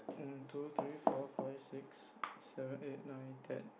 one two three four five six seven eight nine ten